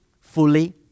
fully